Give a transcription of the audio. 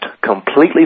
completely